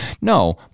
No